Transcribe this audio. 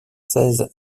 seize